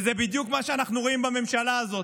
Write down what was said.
וזה בדיוק מה שאנחנו רואים בממשלה הזאת.